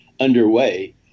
underway